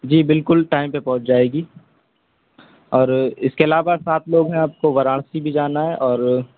جی بالکل ٹائم پہ پہنچ جائے گی اور اس کے علاوہ سات لوگ ہیں آپ کو وارانسی بھی جانا ہے اور